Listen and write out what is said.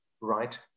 right